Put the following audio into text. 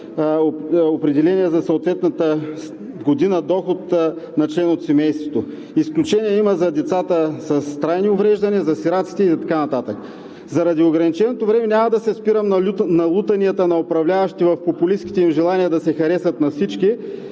определения за съответната година доход на член от семейството. Изключение има за децата с трайни увреждания, за сираците и така нататък. Заради ограниченото време няма да се спирам на лутанията на управляващите в популистките им желания да се харесат на всички.